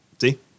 See